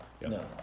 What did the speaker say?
No